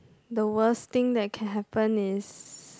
the worst thing that can happen is